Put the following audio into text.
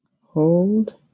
hold